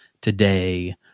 today